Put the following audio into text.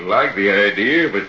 like the idea but